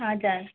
हजुर